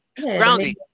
Grounding